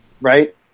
right